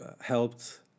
helped